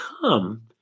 come